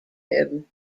him